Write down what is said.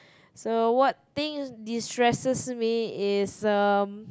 so what things destresses me is um